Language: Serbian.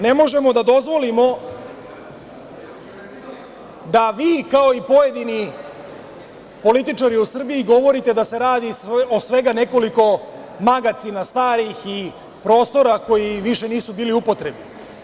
Ne možemo da dozvolimo da vi, kao i pojedini političari u Srbiji, govorite da se radi o svega nekoliko starih magacina i prostora koji više nisu bili u upotrebi.